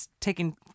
taking